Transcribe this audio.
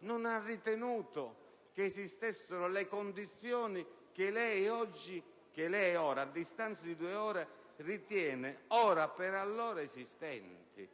non ha ritenuto che esistessero le condizioni che lei, a distanza di due ore, ritiene ora per allora esistenti.